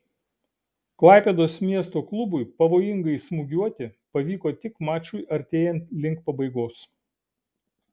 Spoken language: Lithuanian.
klaipėdos miesto klubui pavojingai smūgiuoti pavyko tik mačui artėjant link pabaigos